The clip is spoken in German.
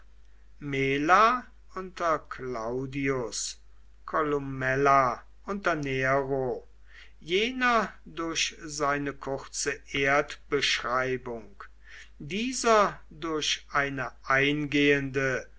unter claudius columella unter nero jener durch seine kurze erdbeschreibung dieser durch eine eingehende